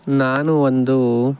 ನಾನು ಒಂದು